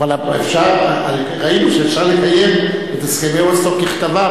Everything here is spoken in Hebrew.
אבל ראינו שאפשר לקיים את הסכמי אוסלו ככתבם,